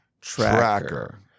Tracker